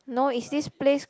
no is this place